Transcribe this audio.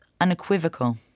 unequivocal